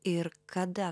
ir kada